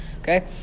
Okay